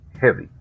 heavy